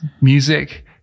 Music